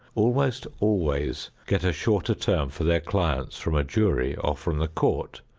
almost always get a shorter term for their clients from a jury or from the court,